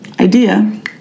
idea